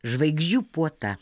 žvaigždžių puota